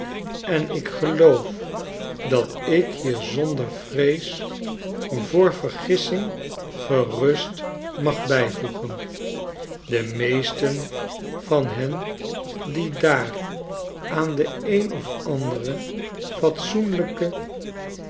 en ik geloof dat ik hier zonder vrees voor vergissing gerust mag bijvoegen de meesten van hen die daar aan de een of andere fatsoenlijke